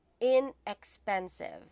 inexpensive